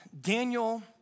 Daniel